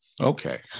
Okay